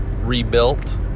rebuilt